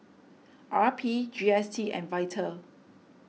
R P G S T and Vital